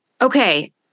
Okay